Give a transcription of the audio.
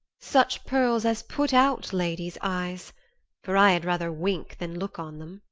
such pearls as put out ladies' eyes for i had rather wink than look on them.